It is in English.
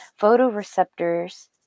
Photoreceptors